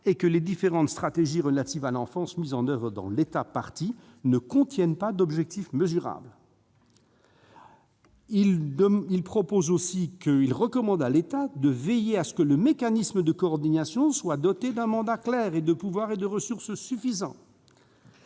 et que les différentes stratégies relatives à l'enfance mises en oeuvre dans l'État partie ne contiennent pas d'objectifs mesurables ». Au paragraphe 12, « le Comité recommande à l'État partie de veiller à ce que le mécanisme de coordination soit doté d'un mandat clair et de pouvoirs et de ressources suffisants